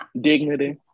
Dignity